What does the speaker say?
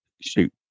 shoot